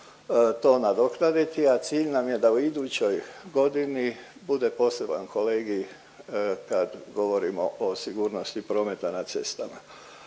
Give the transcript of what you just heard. to nadoknaditi, a cilj nam je da u idućoj godini bude poseban kolegij kad govorimo o sigurnosti prometa na cestama.